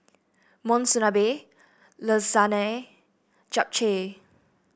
Monsunabe Lasagne Japchae